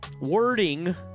wording